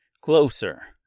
closer